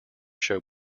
show